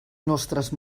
nostres